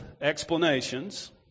explanations